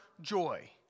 joy